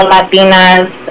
Latinas